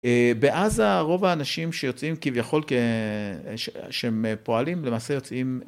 בעזה רוב האנשים שיוצאים כביכול כ.. שהם פועלים למעשה יוצאים